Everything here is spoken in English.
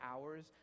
hours